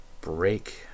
break